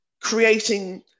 creating